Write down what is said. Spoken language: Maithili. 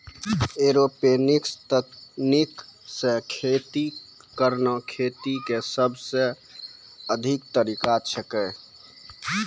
एरोपोनिक्स तकनीक सॅ खेती करना खेती के सबसॅ आधुनिक तरीका छेकै